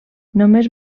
només